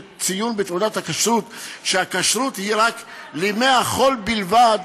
ציון בתעודת הכשרות שהכשרות היא לימי החול בלבד,